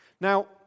Now